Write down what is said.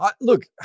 look